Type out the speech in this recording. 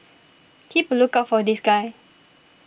keep a lookout for this guy